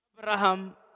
Abraham